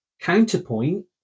counterpoint